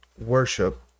worship